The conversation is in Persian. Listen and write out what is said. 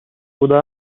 بوده